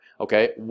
Okay